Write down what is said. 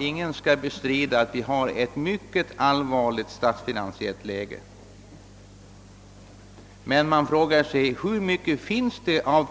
Ingen kan bestrida att det råder ett mycket besvärligt statsfinansiellt läge, men jag frågar mig hur mycket det finns av